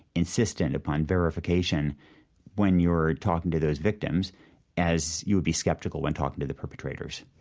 insistent upon verification when you're talking to those victims as you would be skeptical when talking to the perpetrators